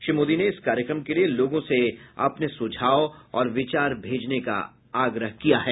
श्री मोदी ने इस कार्यक्रम के लिए लोगों से अपने सुझाव और विचार भेजने का आग्रह किया है